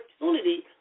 opportunity